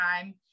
time